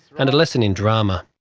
and a lesson in drama.